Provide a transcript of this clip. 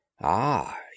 Ah